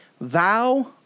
thou